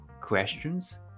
questions